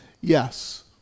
Yes